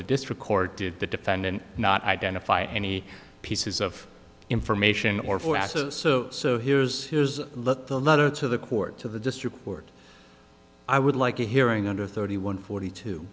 the district court did the defendant not identify any pieces of information or so so here's here's the letter to the court to the district court i would like a hearing under thirty one forty two